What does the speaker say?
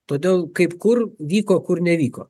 todėl kaip kur vyko kur nevyko